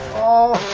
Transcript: all